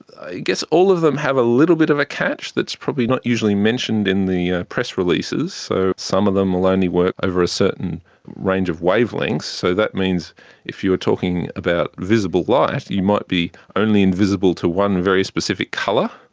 i guess all of them have a little bit of a catch that is probably not usually mentioned in the press releases. so some of them will only work over a certain range of wavelengths, so that means if you were talking about visible light you might be only invisible to one very specific colour.